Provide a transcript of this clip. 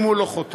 אם הוא לא חותם,